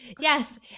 Yes